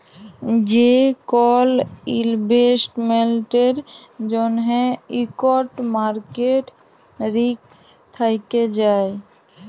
যে কল ইলভেস্টমেল্টের জ্যনহে ইকট মার্কেট রিস্ক থ্যাকে যায়